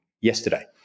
yesterday